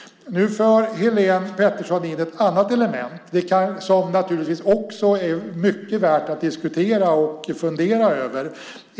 Nu för Helene Petersson in ett annat element som naturligtvis också är värt att diskutera och fundera över.